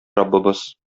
раббыбыз